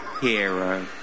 hero